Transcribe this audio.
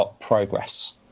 progress